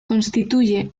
constituye